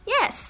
Yes